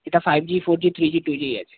এটা five G four G three G two G আছে